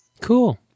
cool